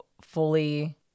fully